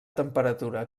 temperatura